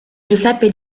giuseppe